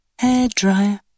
hairdryer